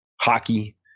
hockey